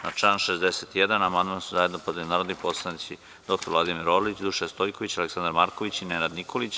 Na član 61. amandman su zajedno podneli narodni poslanici dr Vladimir Orlić, Dušan Stojković, Aleksandar Marković i Nenad Nikolić.